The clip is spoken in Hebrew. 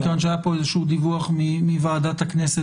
שהיה פה איזשהו דיווח מוועדת הכנסת,